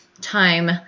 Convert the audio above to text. time